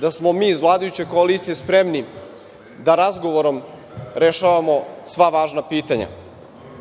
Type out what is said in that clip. da smo mi iz vladajuće koalicije spremni da razgovorom rešavamo sva važna pitanja. Mi